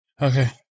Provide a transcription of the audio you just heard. Okay